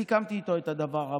סיכמתי איתו את הדבר הבא: